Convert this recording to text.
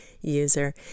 user